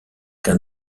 qu’un